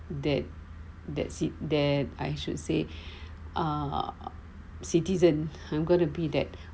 that that's it there I should say are citizen I'm going to be that